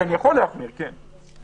יש פה עולם הפוך.